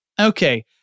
Okay